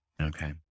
Okay